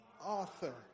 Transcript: author